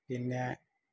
പിന്നെ